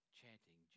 chanting